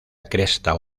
cresta